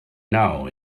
now